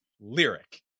lyric